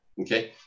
Okay